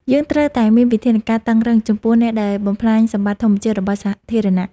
យើងត្រូវតែមានវិធានការតឹងរ៉ឹងចំពោះអ្នកដែលបំផ្លាញសម្បត្តិធម្មជាតិរបស់សាធារណៈ។